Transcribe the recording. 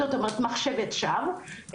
זאת אומרת מחשבות שווא,